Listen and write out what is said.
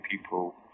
people